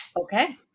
Okay